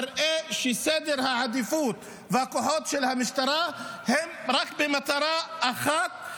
מראה שסדר העדיפויות והכוחות של המשטרה הם רק למטרה אחת,